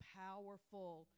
powerful